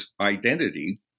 identity